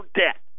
debt